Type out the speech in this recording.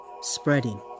spreading